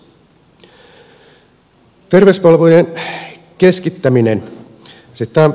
terveyspalvelujen keskittäminen